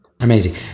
Amazing